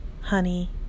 honey